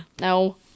No